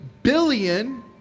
billion